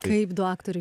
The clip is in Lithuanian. kaip du aktoriai